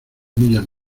millas